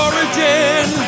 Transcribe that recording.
Origin